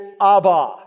Abba